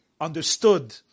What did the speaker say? understood